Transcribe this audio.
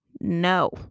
no